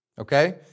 okay